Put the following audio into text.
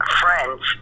friends